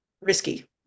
risky